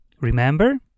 Remember